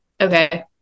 okay